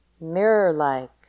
mirror-like